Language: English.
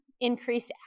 increase